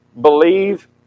Believe